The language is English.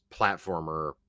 platformer